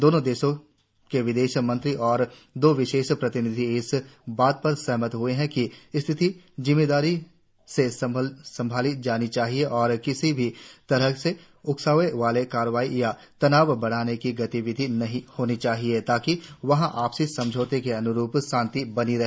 दोनों देशों के विदेश मंत्री और दो विशेष प्रतिनिधि इस बात पर सहमत हुए थे कि स्थिति जिम्मेदारी से संभाली जानी चाहिए और किसी भी तरफ से उकसावे वाली कार्रवाई या तनाव बढ़ाने की गतिविधि नहीं होनी चाहिए ताकि वहां आपसी समझौतों के अन्रूप शांति बनी रहे